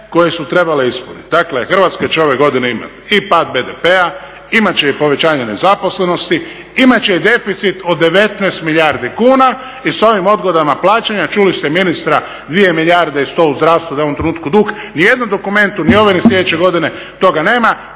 koje su trebali ispuniti. Dakle, Hrvatska će ove godine imati i pad BDP-a, imat će i povećanje nezaposlenosti, imat će i deficit od 19 milijardi kuna i s ovim odgodama plaćanja čuli ste ministra 2 milijarde i 100 u zdravstvu da je u ovom trenutku dug ni u jednom dokumentu ni ove ni sljedeće godine toga nema.